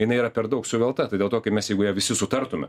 jinai yra per daug suvelta tai dėl to kai mes jeigu ją visi sutartume